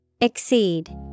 Exceed